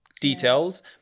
details